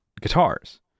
guitars